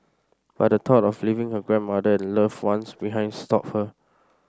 but the thought of leaving her grandmother and loved ones behind stopped her